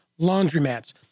laundromats